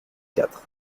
quatre